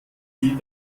sie